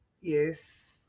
Yes